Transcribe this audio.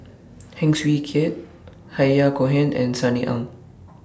Heng Swee Keat Yahya Cohen and Sunny Ang